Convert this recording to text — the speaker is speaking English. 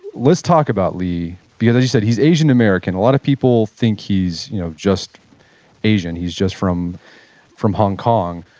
let's talk about lee because, as you said, he's asian american. a lot of people think he's you know just asian. he's just from from hong kong,